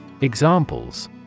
Examples